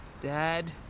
dad